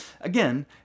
Again